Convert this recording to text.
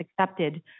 accepted